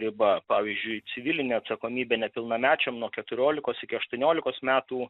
riba pavyzdžiui civilinė atsakomybė nepilnamečiam nuo keturiolikos iki aštuoniolikos metų